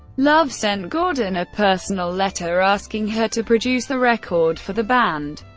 love sent gordon a personal letter asking her to produce the record for the band,